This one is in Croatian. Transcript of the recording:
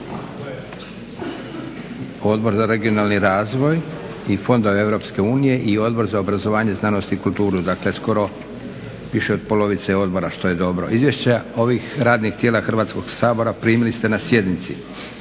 Odbor za regionalni razvoj i Fondove Europske unije i Odbor za obrazovanje, znanost i kulturu. Dakle skoro više od polovice odbora što je dobro. Izvješća ovih radnih tijela Hrvatskoga sabora primili ste na sjednici.